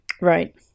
Right